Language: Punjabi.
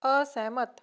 ਅਸਹਿਮਤ